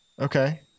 Okay